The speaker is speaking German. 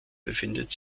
befindet